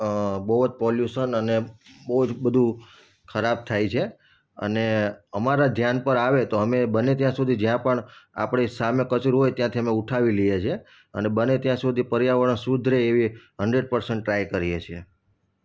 અ બહુ જ પોલ્યૂશન અને બહુ જ બધુ ખરાબ થાય છે અને અમારા ધ્યાન પર આવે તો અમે બને ત્યાં સુધી અમારી સામે કચરો સામે હોય ત્યાંથી અમે ઉઠાવી લઇએ છીએ અને બને ત્યાં સુધી પર્યાવરણ શુદ્ધ રહે એવી હન્ડ્રેડ પરસેન્ટ ટ્રાઇ કરીએ છીએ